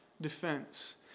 defense